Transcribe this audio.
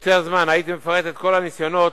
יותר זמן הייתי מפרט את כל הניסיונות,